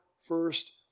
first